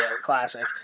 Classic